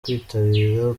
kwitabira